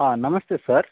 ಹಾಂ ನಮಸ್ತೆ ಸರ್